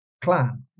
clan